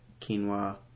quinoa